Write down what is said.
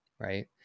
right